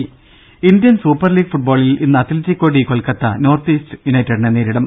രുദ Indian super league ഫുട്ബോളിൽ ഇന്ന് അത് Atletico de Kolkata north east യുണൈറ്റഡിനെ നേരിടും